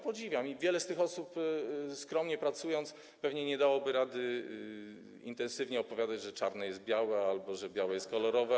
Podziwiam to; wiele z tych osób, skromnie pracując, pewnie nie dałoby rady intensywnie opowiadać, że czarne jest białe [[Wesołość na sali]] albo że białe jest kolorowe.